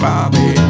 Bobby